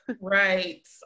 Right